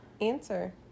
answer